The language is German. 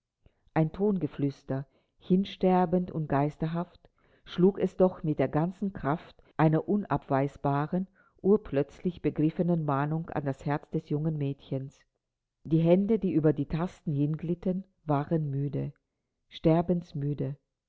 ein tongeflüster hinsterbend und geisterhaft schlug es doch mit der ganzen kraft einer unabweisbaren urplötzlich begriffenen mahnung an das herz des jungen mädchens die hände die über die tasten hinglitten waren müde